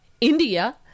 India